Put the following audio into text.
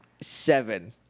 seven